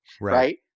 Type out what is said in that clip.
Right